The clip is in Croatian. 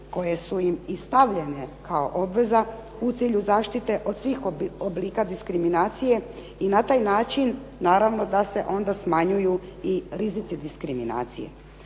koje su im i stavljene kao obveza u cilju zaštite od svih oblika diskriminacije i na taj način naravno da se onda smanjuju i rizici diskriminacije.